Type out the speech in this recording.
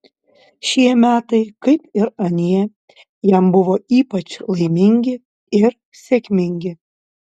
šie metai kaip ir anie jam buvo ypač laimingi ir sėkmingi